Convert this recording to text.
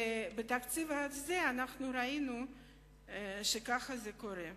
ובתקציב הזה ראינו שכך זה קורה.